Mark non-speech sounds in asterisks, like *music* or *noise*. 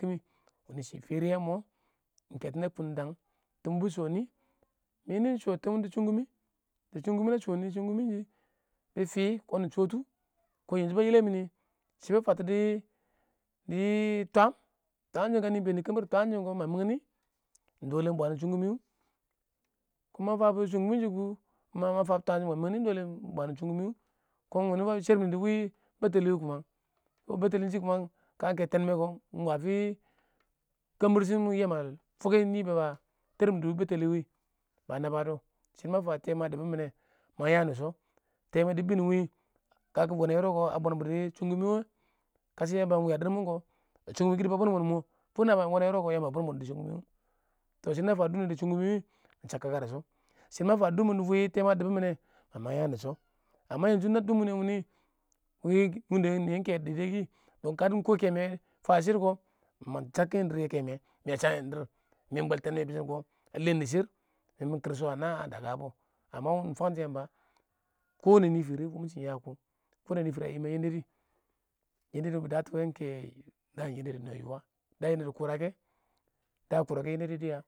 wuni shɪ firye iɪng mɪ keto ha kʊn dang, tɪm bɪ sha nɪ? mini sho tɪm dɪ shunkum, bɪ sho nɪ shunkurmin shɪ nɪ fɪ kiɪn nɪ shotu kiɪn *unintelligible* ba yɛlɛ mini shɪ bɪ fətɔ dɪ twaam twaam shɪm kə nɪ iɪng dɪ kambir twaam shɪn kʊ ma mang nɪ *unintelligible* iɪng bwaan shunkumi wʊ kə ma fabs shunkumin shʊ kʊ, ma fabs twaam shɪn kɪ mang nɪ ɪn *unintelligible* bwaan shunkumi wʊ kiɪn wuni ba shermini dɪ wɪɪn bettteli *unintelligible* wɪɪn bettele shɪ *unintelligible* kə keen tenme kɪ, iɪng wa fɪ a wɪɪn kambir shɪn wɪɪn ya ma fuken niba termin dɪ wɪɪn bɛttelɪ wɪɪn, ba naba dɪ shɪ dɔ ma tɛɛ mware a dubumin nɛ mang yam dɪ sho tɛɛ mwee dɪ bɪn wɪɪn kə kɪ wene yirsb kɪ, a bʊn bs dɪ dhunkumi wa? kashɪ dɪ Yamba iɪng wa dɪrr mɪn kɪ, shunkumi kiɪdɪ ba bʊn-bʊn mɪ *unintelligible* nabiyang wene yɔrɔb kə Yamaba ba bʊn bʊn dɪ sha tɔ shiids na fɪ dʊr niyɛ dɪ shʊ kumɪ wɪɪn, nɪ shak kaka dɪ sha shilds ma fan ddurmin witee mwaea a dubumin nɛ ma mang yaam dɪ sha *unintelligible* na dub mɪne wini wɪɪn nungda niyɛ ɪn kɛ *unintelligible* kɪ kanɪ kʊ king nɪ fan shɪrr kɛ, nɪ mang kwan chabshine dɪrr yɛ keme mɪ sham dɪrr mɪn bwɛl teeen ma bishen kɛ a leen dɪ shɪrr, mɪ kɪr shɪ a na a mange ba, mɪ fang tɔ Yamba *unintelligible* nɪ fɪrɪ Yamba a wumshine yaks *unintelligible* nɪ fɪrɪ a wuma a yendedi yendedi bɪ da tu wɛ iɪng kɛ daom yended nan yuwa ba nen kʊrakɛ da kʊra ken yandedi dɪya